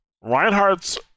Reinhardt's